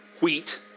wheat